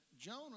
Jonah